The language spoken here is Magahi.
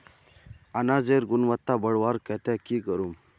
अनाजेर गुणवत्ता बढ़वार केते की करूम?